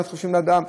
כמה חשובים לאדם.